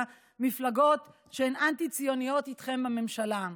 מפלגות שהן אנטי-ציוניות איתכם בממשלה.